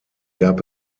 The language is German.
gab